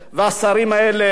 והשרים האלה,